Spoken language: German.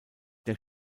der